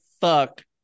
fuck